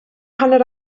hanner